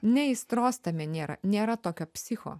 nei aistros tame nėra nėra tokio psicho